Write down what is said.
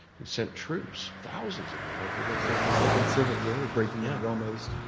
they sent troops, thousands of them. i forget it's like a second civil war breaking out almost.